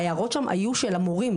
ההערות שם היו של המורים,